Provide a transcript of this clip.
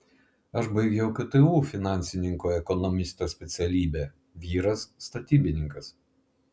aš baigiau ktu finansininko ekonomisto specialybę vyras statybininkas